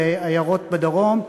בעיירות בדרום,